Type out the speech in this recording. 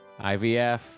ivf